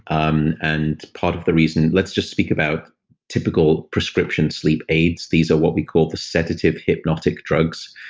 um and part of the reason, let's just speak about typical prescription sleep aids. these are what we call the sedative hypnotic drugs.